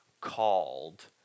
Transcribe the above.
called